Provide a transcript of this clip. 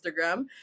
Instagram